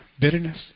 bitterness